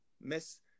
Miss